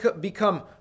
become